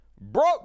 Broke